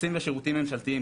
טפסים ושירותים ממשלתיים,